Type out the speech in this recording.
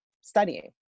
studying